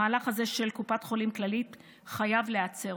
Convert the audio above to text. המהלך הזה של קופת חולים כללית חייב להיעצר.